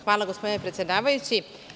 Hvala gospodine predsedavajući.